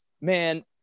man